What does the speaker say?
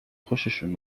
خوششون